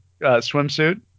swimsuit